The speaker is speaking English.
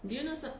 do you know som~